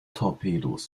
torpedos